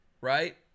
right